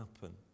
happen